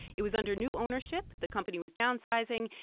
it was under new ownership. the company was downsizing,